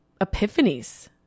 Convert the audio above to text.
epiphanies